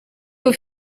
vous